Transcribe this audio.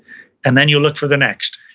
and then you look for the next.